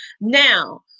Now